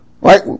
Right